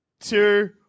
two